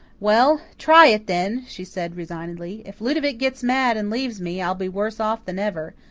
well, try it, then, she said, resignedly. if ludovic gets mad and leaves me, i'll be worse off than ever.